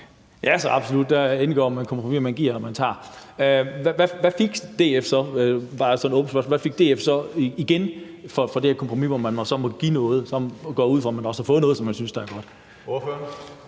det så absolut. Der indgår man kompromiser: Man giver, og man tager. Hvad fik DF så igen for det her kompromis, hvor man måtte give noget? Jeg går ud fra, at man så også har fået noget, som man synes er godt. Kl.